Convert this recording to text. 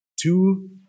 two